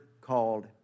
called